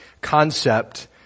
concept